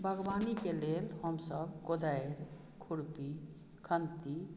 बागवानीके लेल हमसभ कोदारि खुरपी खन्ती